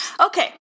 Okay